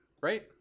right